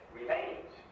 remains